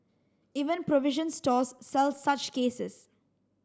even provision stores sell such cases